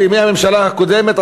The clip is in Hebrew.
בימי הממשלה הקודמת,